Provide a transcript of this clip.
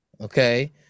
okay